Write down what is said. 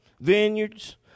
vineyards